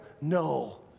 No